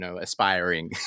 aspiring